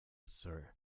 sir